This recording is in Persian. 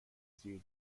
زیر